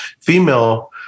female